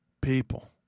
People